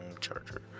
charger